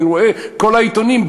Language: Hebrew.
אני רואה בכל העיתונים,